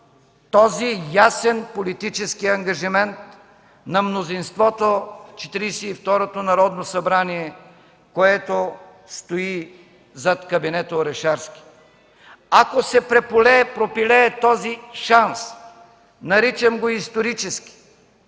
този ясен политически ангажимент на мнозинството в Четиридесет и второто Народно събрание, което стои зад кабинета Орешарски. Ако се пропилее този шанс, наричам го исторически,